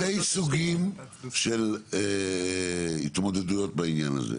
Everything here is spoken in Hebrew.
יש שני סוגים של התמודדויות בעניין הזה,